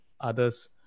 others